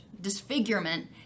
disfigurement